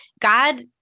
God